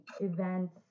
events